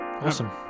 awesome